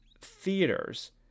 theaters